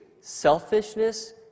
selfishness